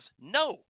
no